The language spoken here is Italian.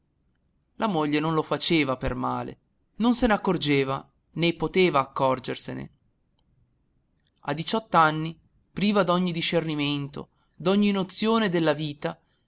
la moglie non lo faceva per male non se n'accorgeva né poteva accorgersene a diciott'anni priva d'ogni discernimento d'ogni nozione della vita